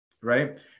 right